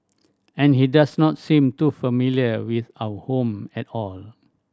and he does not seem too familiar with our home at all